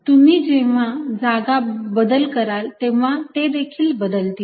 तुम्ही जेव्हा जागा बदल कराल तेव्हा तेदेखील बदलतील